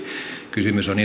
kysymys on